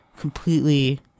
completely